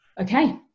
okay